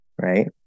right